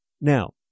Now